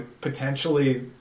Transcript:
potentially